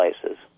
places